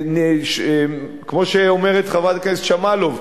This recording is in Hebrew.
כמו שאומרת חברת הכנסת שמאלוב,